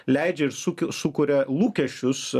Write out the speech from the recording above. leidžia ir suki sukuria lūkesčius